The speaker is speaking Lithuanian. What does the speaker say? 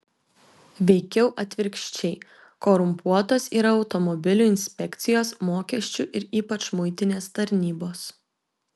veikiau atvirkščiai korumpuotos yra automobilių inspekcijos mokesčių ir ypač muitinės tarnybos